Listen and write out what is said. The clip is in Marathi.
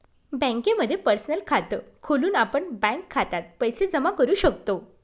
बँकेमध्ये पर्सनल खात खोलून आपण बँक खात्यात पैसे जमा करू शकतो